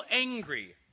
angry